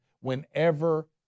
whenever